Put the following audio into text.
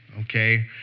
okay